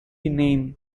name